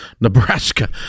nebraska